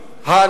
השיר המפורסם,